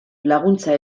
laguntza